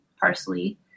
parsley